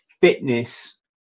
fitness